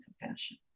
compassion